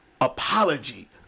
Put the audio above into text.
apology